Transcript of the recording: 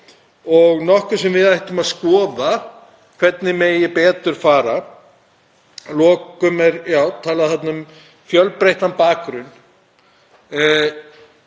og nokkuð sem við ættum að skoða hvernig megi betur fara. Að lokum er talað um fjölbreyttan bakgrunn.